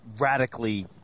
radically